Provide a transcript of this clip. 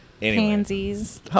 Pansies